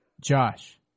Josh